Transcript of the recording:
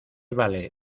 vale